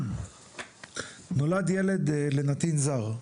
נולד ילד לנתין זר,